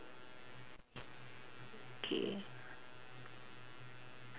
okay